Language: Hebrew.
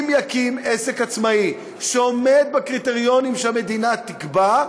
אם יקים עסק עצמאי שעומד בקריטריונים שהמדינה תקבע,